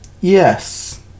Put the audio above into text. Yes